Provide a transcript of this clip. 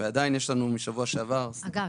ועדיין יש לנו משבוע שעבר --- אגב,